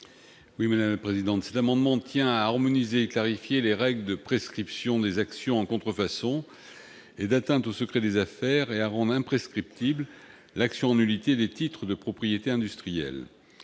Jean-Marc Gabouty. Cet amendement tend à harmoniser et à clarifier les règles de prescription des actions en contrefaçon et d'atteinte au secret des affaires, ainsi qu'à rendre imprescriptible l'action en nullité des titres de propriété industrielle.